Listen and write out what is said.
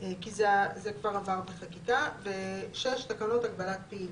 זה כבר עבר בחקיקה, (5)תקנות הגבלת פעילות.